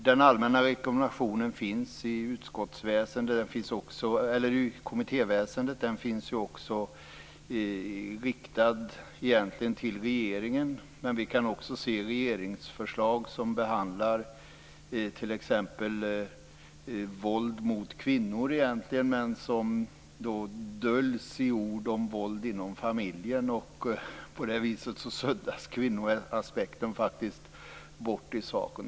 Den allmänna rekommendationen finns i kommittéväsendet och riktad till regeringen. Men vi kan också se regeringsförslag som behandlar t.ex. våld mot kvinnor dolt med ord som våld inom familjen. På det viset suddas kvinnoaspekten faktiskt bort i saken.